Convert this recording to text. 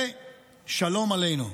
ושלום עלינו.